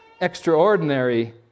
extraordinary